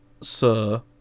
sir